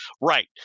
Right